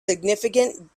significant